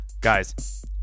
Guys